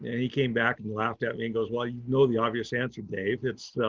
ah he came back and laughed at me. he goes, well, you know, the obvious answer, dave. it's, ah,